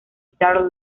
stars